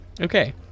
Okay